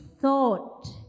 thought